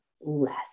less